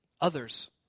Others